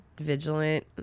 vigilant